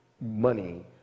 money